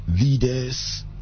leaders